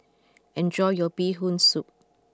enjoy your Bee Hoon Soup